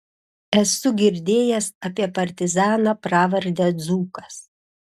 esu girdėjęs apie partizaną pravarde dzūkas